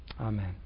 Amen